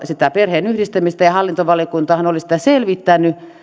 sitä perheenyhdistämistä hallintovaliokuntahan oli sitä selvittänyt